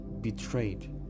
betrayed